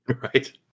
Right